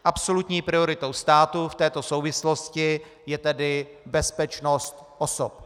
Absolutní prioritou státu v této souvislosti je tedy bezpečnost osob.